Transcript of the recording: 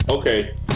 okay